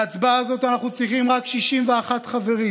להצבעה הזאת אנחנו צריכים רק 61 חברים,